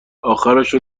آخرشو